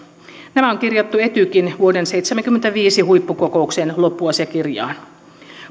nämä on kirjattu etykin vuoden seitsemänkymmentäviisi huippukokouksen loppuasiakirjaan